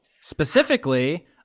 Specifically